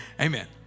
Amen